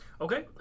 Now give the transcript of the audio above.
Okay